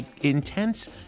intense